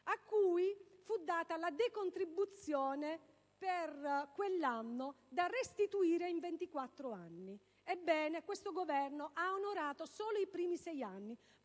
a cui fu riconosciuta la decontribuzione per quell'anno, da restituire in 24 anni. Ebbene, questo Governo ha onorato solo i primi sei anni,